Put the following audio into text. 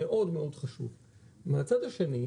מהצד השני,